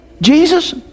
Jesus